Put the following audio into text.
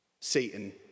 Satan